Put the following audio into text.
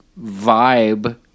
vibe